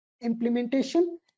implementation